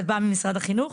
את באה ממשרד החינוך.